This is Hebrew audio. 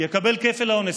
יקבל כפל עונש.